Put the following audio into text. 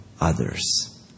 others